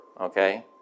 okay